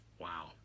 wow